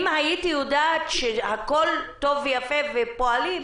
אם הייתי יודעת שהכול טוב ויפה ופועלים,